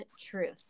truth